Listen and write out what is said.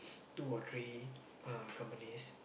two or three uh companies